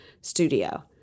studio